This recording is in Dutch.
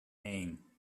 één